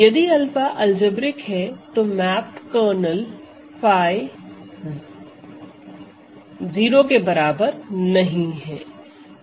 यदि 𝛂 अलजेब्रिक है तो मैप कर्नेल 𝜑 ≠ 0 है